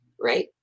right